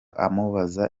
amubaza